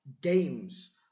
games